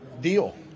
deal